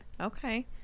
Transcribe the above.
Okay